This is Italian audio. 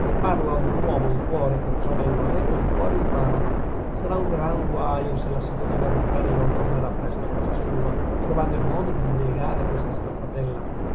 parlo ad un uomo di cuore e perciò vengo a lei col cuore in mano sarà un gran guaio se la signorina ruzzani non tornerà presto a casa sua trovando il modo di negare questa scappatella